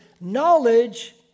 Knowledge